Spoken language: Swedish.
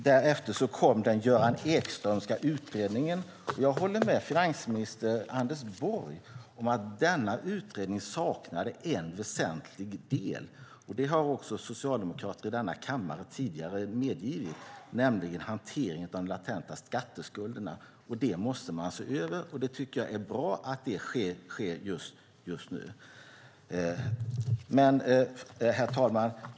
Därefter kom Göran Ekströms utredning, och jag håller med finansminister Anders Borg om att denna utredning saknade en väsentlig del - och det har också socialdemokrater i denna kammare medgivit - nämligen hanteringen av de latenta skatteskulderna. Detta måste man se över. Jag tycker att det är bra att det sker just nu. Herr talman!